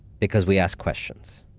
because we ask questions.